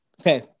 Okay